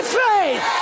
faith